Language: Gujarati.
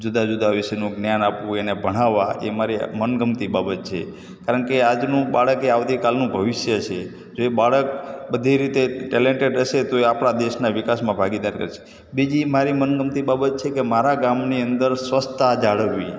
જુદા જુદા વિષયનું જ્ઞાન આપવું એને ભણાવવાં એ મારી મનગમતી બાબત છે કારણ કે આજનું બાળક એ આવતીકાલનું ભવિષ્ય છે જો એ બાળક બધી રીતે ટૅલેન્ટેડ હશે તો એ આપણા દેશના વિકાસમાં ભાગીદારી કરશે બીજી મારી મનગમતી બાબત છે કે મારા ગામની અંદર સ્વચ્છતા જાળવવી